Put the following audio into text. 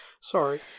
Sorry